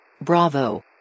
Bravo